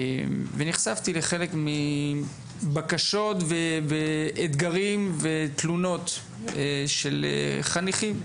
ונחשפתי לחלק מבקשות ואתגרים ותלונות של חניכים,